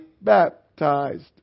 baptized